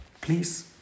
please